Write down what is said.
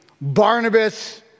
Barnabas